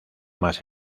más